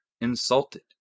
insulted